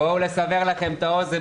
בואו נסבר לכם את האוזן,